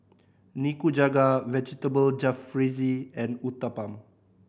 Nikujaga Vegetable Jalfrezi and Uthapam